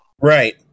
Right